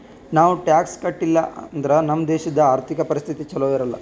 ನಾವ್ ಟ್ಯಾಕ್ಸ್ ಕಟ್ಟಿಲ್ ಅಂದುರ್ ನಮ್ ದೇಶದು ಆರ್ಥಿಕ ಪರಿಸ್ಥಿತಿ ಛಲೋ ಇರಲ್ಲ